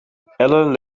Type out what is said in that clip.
ellen